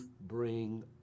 bring